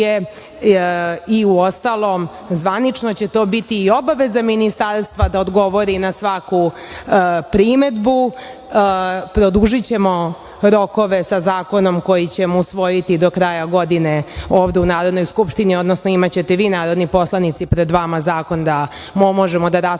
i u ostalom zvanično će to biti obaveza ministarstva da odgovori na svaku primedbu, produžićemo rokove sa zakonom koji ćemo usvojiti do kraja godine ovde u Narodnoj skupštini, odnosno imaćete i narodni poslanici pred vama zakon da možemo da raspravljamo